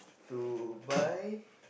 to buy